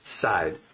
side